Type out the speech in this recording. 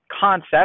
concept